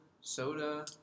soda